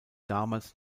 damals